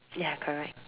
ya correct